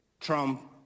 Trump